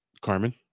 carmen